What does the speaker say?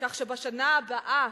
כך שבשנה הבאה